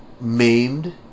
maimed